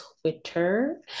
Twitter